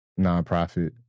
nonprofit